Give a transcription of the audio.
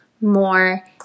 more